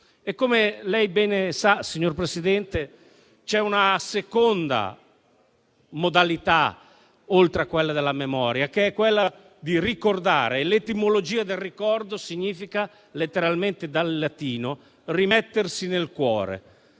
Come lei ben sa, signor Presidente, c'è una seconda modalità, oltre a quella della memoria, che è quella di ricordare: l'etimologia del ricordo è - letteralmente dal latino - rimettersi nel cuore.